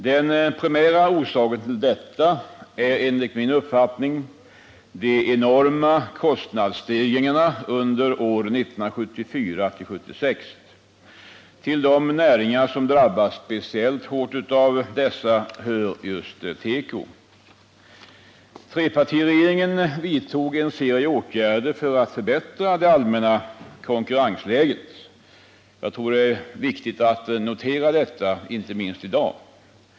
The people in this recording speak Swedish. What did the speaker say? Den primära orsaken till detta är enligt min uppfattning de enorma kostnadsstegringarna under åren 1974-1976. Till de näringar som drabbats speciellt hårt av detta hör just teko. Trepartiregeringen vidtog en serie åtgärder för att förbättra det allmänna konkurrensläget. Jag tror att det inte minst i dag är viktigt att notera detta.